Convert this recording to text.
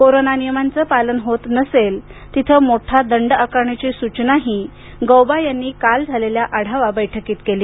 corona नियमांचं पालन होत नसेल तिथं मोठा दंड आकारण्याची सूचनाही गौबा यांनी काल झालेल्या आढावा बैठकीत केली